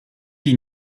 die